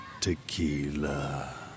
tequila